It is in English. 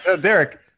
Derek